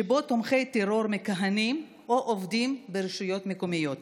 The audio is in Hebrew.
שבו תומכי טרור מכהנים או עובדים ברשויות מקומיות.